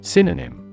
Synonym